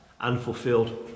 unfulfilled